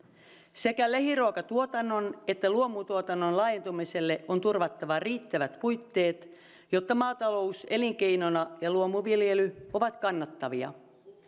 sekä lähiruokatuotannon että luomutuotannon laajentumiselle on turvattava riittävät puitteet jotta maatalous elinkeinona ja luomuviljely ovat kannattavia